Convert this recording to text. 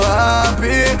happy